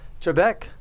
Trebek